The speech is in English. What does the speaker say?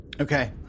Okay